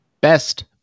Best